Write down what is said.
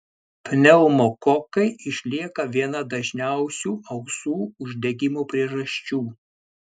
pneumokokai išlieka viena dažniausių ausų uždegimo priežasčių